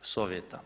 sovjeta.